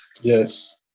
Yes